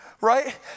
right